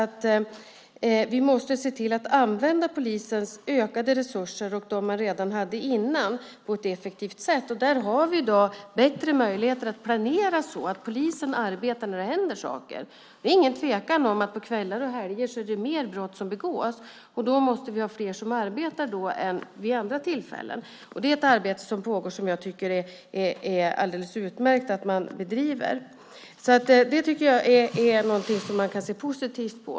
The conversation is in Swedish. Vi måste se till att använda polisens ökade resurser och dem man redan hade innan på ett effektivt sätt. Vi har i dag bättre möjligheter att planera så att polisen arbetar när det händer saker. Det är ingen tvekan om att på kvällar och helger är det mer brott som begås. Då måste vi ha fler som arbetar än vid andra tillfällen. Det är ett arbete som pågår som jag tycker är alldeles utmärkt att man bedriver. Det är något som man kan se positivt på.